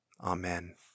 Amen